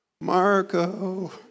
Marco